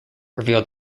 revealed